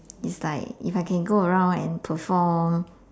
it's like if I can go around and perform